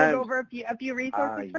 over a few few resources?